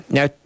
Now